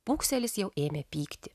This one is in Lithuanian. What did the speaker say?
pūkselis jau ėmė pykti